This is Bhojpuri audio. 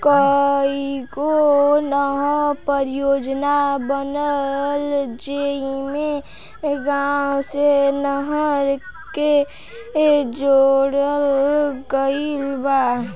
कईगो नहर परियोजना बनल जेइमे गाँव से नहर के जोड़ल गईल बा